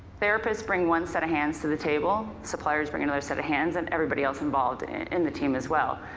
therapists bring one set of hands to the table, suppliers bring another set of hands, and everybody else involved in in the team as well.